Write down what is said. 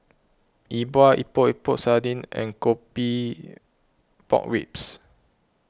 E Bua Epok Epok Sardin and Coffee Pork Ribs